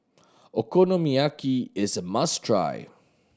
okonomiyaki is a must try